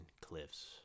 cliffs